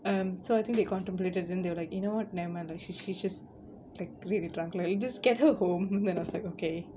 um so I think they contemplated then they were like you know what never mind lah she's she's just like really drunk lah you just get her home and I was like okay